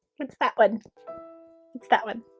it's that one it's that one